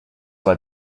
why